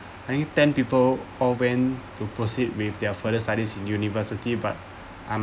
ten people all went to proceed with their further studies in university but I'm